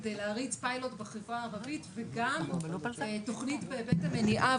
כדי להריץ פיילוט בחברה הערבית, וגם תוכנית המניעה